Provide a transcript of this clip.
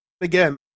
again